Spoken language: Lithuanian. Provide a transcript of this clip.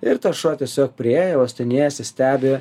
ir tas šuo tiesiog priėjo uostinėjasi stebi